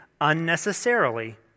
unnecessarily